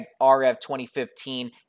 RF2015